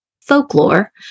folklore